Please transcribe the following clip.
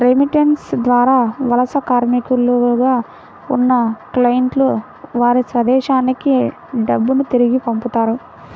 remittance ద్వారా వలస కార్మికులుగా ఉన్న క్లయింట్లు వారి స్వదేశానికి డబ్బును తిరిగి పంపుతారు